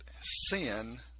sin